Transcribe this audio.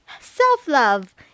self-love